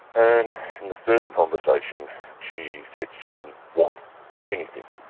and in the first conversation she said she didn't want anything.